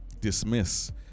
dismiss